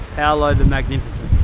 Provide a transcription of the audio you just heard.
paulo the magnificent.